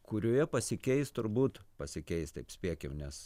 kurioje pasikeis turbūt pasikeis taip spėkim nes